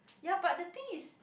ya but the thing is